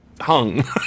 hung